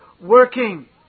working